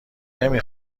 نمی